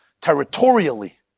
territorially